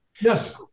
Yes